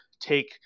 take